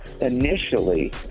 Initially